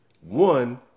One